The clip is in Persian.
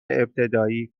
ابتدایی